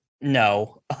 no